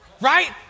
Right